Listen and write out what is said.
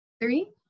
Three